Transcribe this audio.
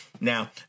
now